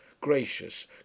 Gracious